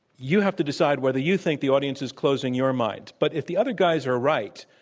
you have to decide whether you think the audience is closing your mind. but if the other guys are right,